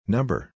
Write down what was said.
Number